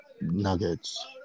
nuggets